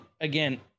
again